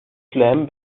slam